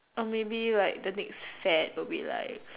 or maybe the next fad will be like